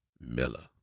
Miller